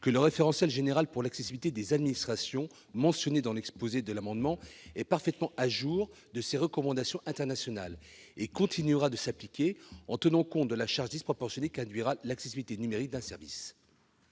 que le référentiel général pour l'accessibilité des administrations mentionné dans l'objet de l'amendement est parfaitement à jour des recommandations internationales et continuera de s'appliquer en tenant compte de la charge disproportionnée qu'induira l'accessibilité numérique d'un service.